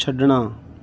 ਛੱਡਣਾ